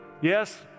Yes